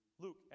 Luke